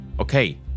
okay